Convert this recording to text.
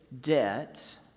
debt